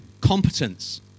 competence